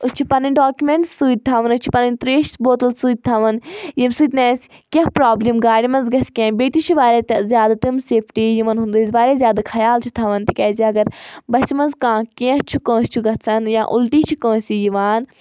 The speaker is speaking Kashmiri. أسۍ چھِ پَنٕنۍ ڈاکمؠنٛٹٕس سۭتۍ تھاوَان أسۍ چھِ پَنٕنۍ ترٛیٚش بوتَل سۭتۍ تھاوَان ییٚمہِ سۭتۍ نہٕ اَسہِ کینٛہہ پرابلِم گاڑِ منٛز گژھِ کینٛہہ بیٚیہِ تہِ چھِ واریاہ زیادٕ تِم سَیفٹی یِمَن ہُنٛد أسۍ واریاہ زیادٕ خیال چھِ تھاوَان تِکیازِ اگر بَسہِ منٛز کانٛہہ کینٛہہ چھُ کٲنٛسہِ چھُ گژھان یا اُلٹی چھِ کٲنٛسہِ یِوان